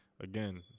again